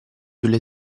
delle